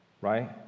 Right